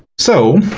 so